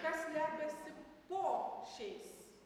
kas slepiasi po šiais